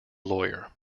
lawyer